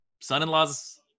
son-in-law's